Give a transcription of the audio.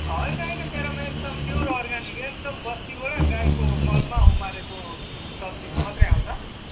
होइन होइन मेरोमा एकदम प्योर अर्ग्यानिक एकदम बस्तीबाट गाईको मलमा उमारेको सब्जीहरू मात्रै आउँछ